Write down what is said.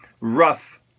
rough